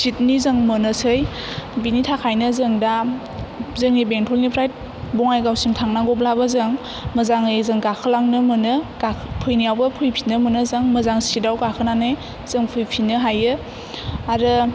चिटनि जों मोनोसै बेनि थाखायनो जों दा जोंनि बेंटलनिफ्राय बङाइगावसिम थांनांगौब्लाबो जों मोजाङै जों गाखोलांनो मोनो फैनायावबो फैफिननो मोनो जों मोजां चिटयाव गाखोनानै जों फैफिननो हायो आरो